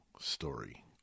story